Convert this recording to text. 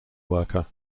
worker